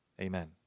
Amen